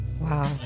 Wow